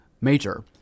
Major